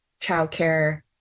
childcare